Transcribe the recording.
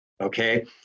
okay